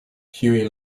huey